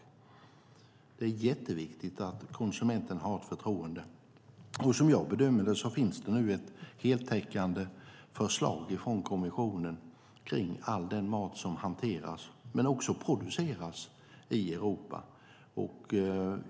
Det är jätteviktigt att konsumenten har ett förtroende. Som jag bedömer det finns det nu ett heltäckande förslag från kommissionen kring all den mat som hanteras men också produceras i Europa.